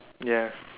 ya